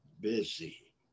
busy